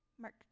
Mark